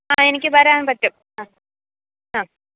ആ എനിക്ക് വരാന് പറ്റും ആ അ